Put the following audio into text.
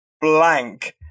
blank